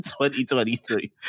2023